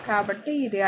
కాబట్టి ఇది I